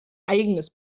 eigenes